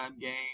game